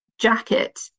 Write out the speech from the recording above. jacket